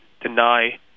deny